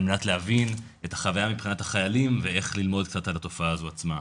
מנת להבין את החוויה מבחינת החיילים ואיך ללמוד קצת על התופעה הזו עצמה.